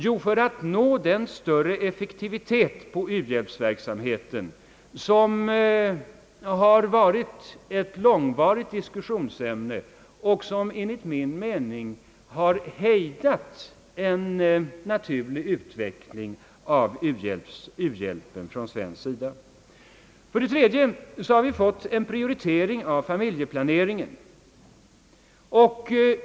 Jo, för att nå den större effektivitet hos u-hjälpsverksamheten, som har varit ett långvarigt diskussionsämne och som enligt min mening tidigare har hejdat en naturlig utveckling och ökning av den svenska u-hjälpen. För det tredje har vi fått en prioritering av familjeplaneringen.